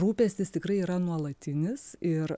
rūpestis tikrai yra nuolatinis ir